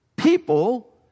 people